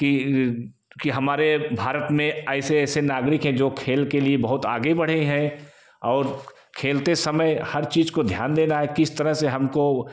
कि की हमारे भारत में ऐसे ऐसे नागरिक है जो खेल के लिए बहुत आगे बढ़े हैं और खेलते समय हर चीज को ध्यान देना है किस तरह से हमको